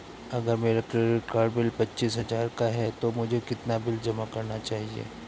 अगर मेरा credit card bill पच्चीस हजार का है तो मुझे कितना बिल जमा करना चाहिए?